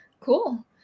cool